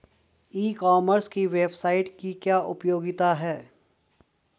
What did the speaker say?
ई commerce की website की क्या उपयोगिता है?